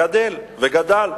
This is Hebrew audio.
גדל וגדל.